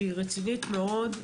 שהיא רצינית מאוד,